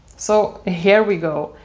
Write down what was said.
so, here we go.